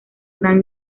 gran